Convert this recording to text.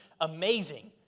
amazing